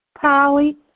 Polly